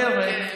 דפדף, תתקדם.